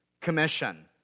Commission